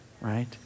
right